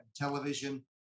television